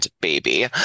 baby